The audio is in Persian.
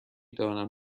دانم